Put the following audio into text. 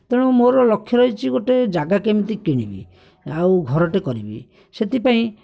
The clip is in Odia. ତେଣୁ ମୋର ଲକ୍ଷ୍ୟ ରହିଛି ଗୋଟେ ଜାଗା କେମିତି କିଣିବି ଆଉ ଘରଟେ କରିବି ସେଥିପାଇଁ